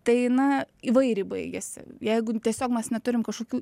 tai na įvairiai baigiasi jeigu tiesiog mes neturim kažkokių